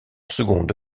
seconde